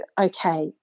okay